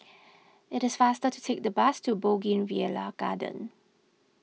it is faster to take the bus to Bougainvillea Garden